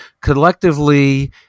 collectively